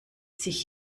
sich